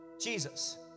Jesus